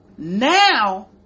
Now